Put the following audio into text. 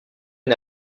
une